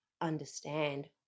understand